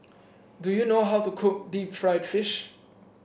do you know how to cook Deep Fried Fish